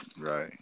Right